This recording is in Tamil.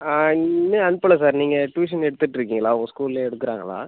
இன்னும் அனுப்பலை சார் நீங்கள் ட்யூஷன் எடுத்துட்ருக்கீங்களா உங்கள் ஸ்கூலில் எடுக்கறாங்களா